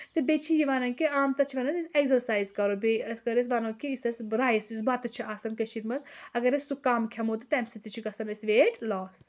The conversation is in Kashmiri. تہٕ بیٚیہِ چھِ یہِ وَنان کہِ عام تور چھِ وَنان ایٚگزرسایِز کرو بیٚیہِ أسۍ کر حظ بَنو کہِ یُس اَسہِ رایِس بَتہٕ چھُ آسان کٔشیٖر منٛز اَگر أسۍ سُہ کَم کھیٚمو تہٕ تَمہِ سۭتۍ تہِ چھُ گژھان اَسہِ ویٹ لاس